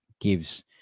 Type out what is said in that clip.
gives